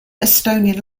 estonian